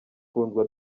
kundwa